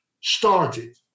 started